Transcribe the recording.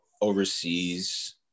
overseas